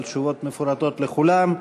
על תשובות מפורטות לכולם.